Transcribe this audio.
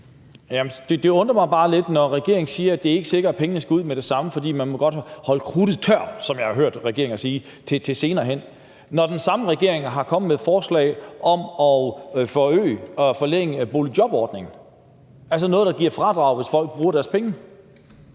(NB): Det undrer mig bare lidt, når regeringen siger, at det ikke er sikkert, at pengene skal ud med det samme, fordi man godt vil »holde krudtet tørt«, som jeg har hørt regeringen sige, til senere hen, når den samme regering er kommet med forslag om at forøge og forlænge boligjobordningen, altså noget, der giver fradrag, hvis folk bruger deres penge.